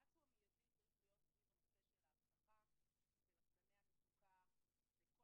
המשהו המידי צריך להיות סביב נושא האבטחה ולחצני המצוקה וכל